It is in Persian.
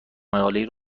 مقالهای